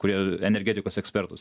kurie energetikos ekspertus